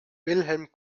wilhelm